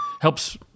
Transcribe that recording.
helps